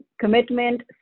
commitment